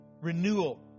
Renewal